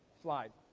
slide.